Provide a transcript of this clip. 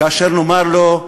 כאשר נאמר לו: